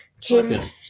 came